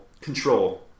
control